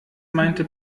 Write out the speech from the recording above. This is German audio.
meinte